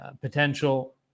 potential